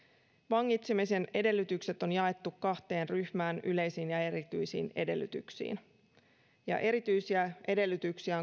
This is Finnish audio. vangitsemisen edellytykset on jaettu kahteen ryhmään yleisiin ja erityisiin edellytyksiin ja erityisiä edellytyksiä